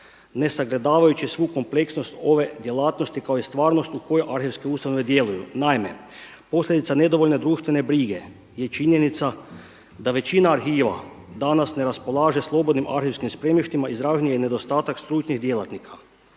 ne sagledavajući svu kompleksnost ove djelatnosti kao i stvarnost u kojoj arhivske ustanove djeluju. Naime, posljedica nedovoljne društvene brige je činjenica da većina arhiva danas ne raspolaže slobodnim arhivskim spremištima, izražen je nedostatak stručnih djelatnika.